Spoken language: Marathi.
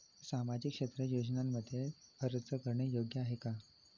सामाजिक क्षेत्र योजनांमध्ये अर्ज करणे योग्य आहे का?